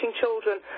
children